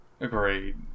Agreed